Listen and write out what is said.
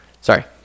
Sorry